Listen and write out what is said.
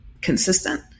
consistent